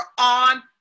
on